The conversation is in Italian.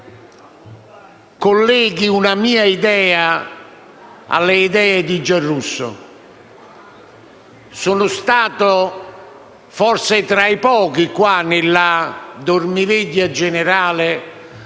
colleghi una mia idea alle idee di Giarrusso. Sono stato forse tra i pochi qua dentro, nel dormiveglia generale,